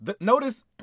Notice